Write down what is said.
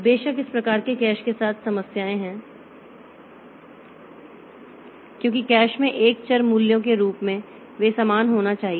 बेशक इस प्रकार के कैश के साथ समस्याएं हैं क्योंकि कैश में एक चर मूल्यों के रूप में वे समान होना चाहिए